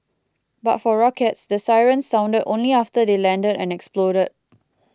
but for rockets the sirens sounded only after they landed and exploded